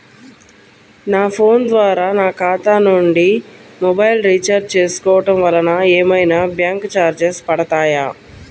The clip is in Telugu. నా ఫోన్ ద్వారా నా ఖాతా నుండి మొబైల్ రీఛార్జ్ చేసుకోవటం వలన ఏమైనా బ్యాంకు చార్జెస్ పడతాయా?